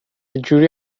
جوری